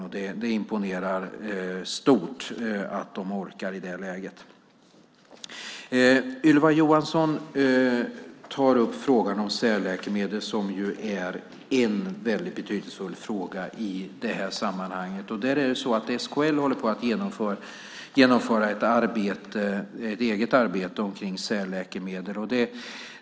Det imponerar stort att de orkar i det läget. Ylva Johansson tar upp frågan om särläkemedel som ju är en väldigt betydelsefull fråga i det här sammanhanget. Där är det så att SKL håller på att genomföra ett eget arbete om särläkemedel.